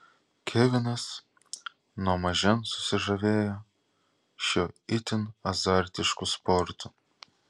kevinas nuo mažens susižavėjo šiuo itin azartišku sportu